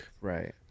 right